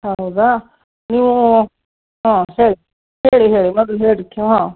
ಹೌದಾ ನೀವು ಹ್ಞೂ ಹೇಳಿ ಹೇಳಿ ಹೇಳಿ ಮೊದ್ಲು ಹೇಳ್ರಿ ಹ್ಞೂ